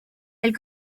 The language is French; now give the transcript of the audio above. elle